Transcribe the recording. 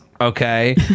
okay